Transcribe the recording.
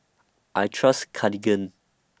I Trust Cartigain